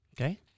Okay